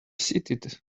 seated